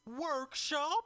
workshop